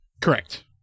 Correct